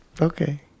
Okay